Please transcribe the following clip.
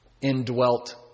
indwelt